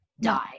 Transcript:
die